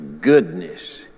goodness